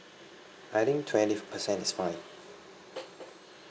I think twenty percent is fine